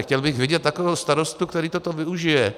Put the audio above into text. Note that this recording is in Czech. Chtěl bych vidět takového starostu, který toto využije.